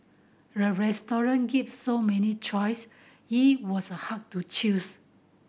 the restaurant gave so many choice it was hard to choose